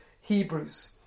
Hebrews